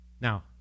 Now